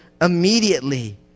immediately